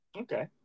Okay